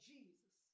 Jesus